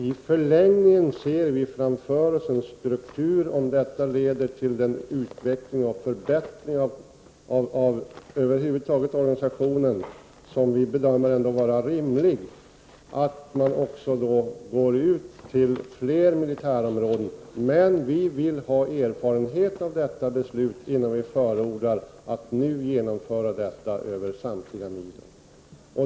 I förlängningen ser vi framför oss en struktur — om detta leder till den utveckling och förbättring av organisationen som vi bedömer vara rimlig — som innebär att man då också går ut till fler militärområden. Men vi vill ha erfarenhet av detta beslut innan vi förordar att man nu genomför detta över samtliga milo.